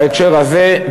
בהקשר הזה,